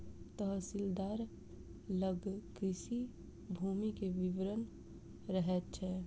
तहसीलदार लग कृषि भूमि के विवरण रहैत छै